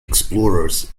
explorers